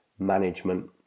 Management